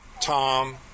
Tom